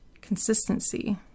consistency